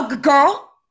Girl